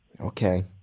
Okay